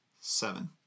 Seven